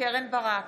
קרן ברק,